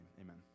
Amen